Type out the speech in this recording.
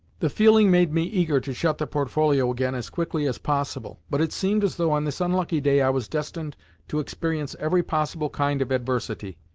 the feeling made me eager to shut the portfolio again as quickly as possible, but it seemed as though on this unlucky day i was destined to experience every possible kind of adversity.